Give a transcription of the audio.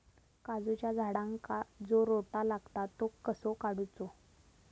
काजूच्या झाडांका जो रोटो लागता तो कसो काडुचो?